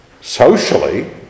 socially